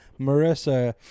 Marissa